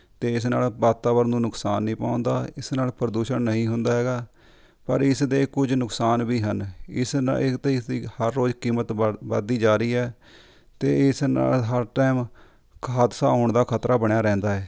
ਅਤੇ ਇਸ ਨਾਲ ਵਾਤਾਵਰਨ ਨੂੰ ਨੁਕਸਾਨ ਨਹੀਂ ਪਹੁੰਚਦਾ ਇਸ ਨਾਲ ਪ੍ਰਦੂਸ਼ਣ ਨਹੀਂ ਹੁੰਦਾ ਹੈਗਾ ਪਰ ਇਸ ਦੇ ਕੁਝ ਨੁਕਸਾਨ ਵੀ ਹਨ ਇਸ ਨਾਲ ਇੱਕ ਤਾਂ ਇਸ ਦੀ ਹਰ ਰੋਜ਼ ਕੀਮਤ ਵਧ ਵਧਦੀ ਜਾ ਰਹੀ ਹੈ ਅਤੇ ਇਸ ਨਾਲ ਹਰ ਟਾਈਮ ਹਾਦਸਾ ਹੋਣ ਦਾ ਖਤਰਾ ਬਣਿਆ ਰਹਿੰਦਾ ਹੈ